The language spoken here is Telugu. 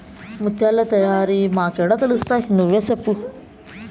ముత్యాల తయారీ మాకేడ తెలుస్తయి నువ్వే సెప్పు